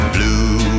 Blue